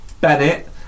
Bennett